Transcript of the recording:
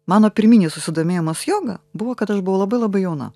mano pirminis susidomėjimas joga buvo kada aš buvau labai labai jauna